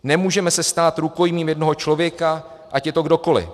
Nemůžeme se stát rukojmím jednoho člověka, ať je to kdokoli.